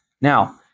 Now